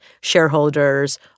shareholders